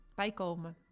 bijkomen